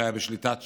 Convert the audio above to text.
שהיה בשליטת ש"ס.